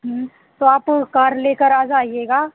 तो आप कार लेकर आ जाइएगा